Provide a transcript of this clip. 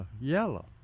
yellow